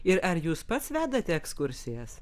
ir ar jūs pats vedate ekskursijas